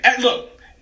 look